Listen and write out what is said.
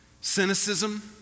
cynicism